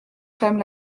clament